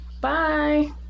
Bye